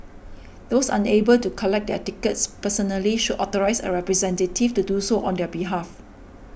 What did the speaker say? those unable to collect their tickets personally should authorise a representative to do so on their behalf